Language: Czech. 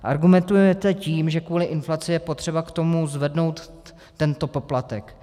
Argumentujete tím, že kvůli inflaci je potřeba k tomu zvednout tento poplatek.